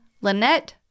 Lynette